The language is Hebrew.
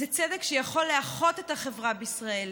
זה צדק שיכול לאחות את החברה בישראל.